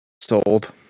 Sold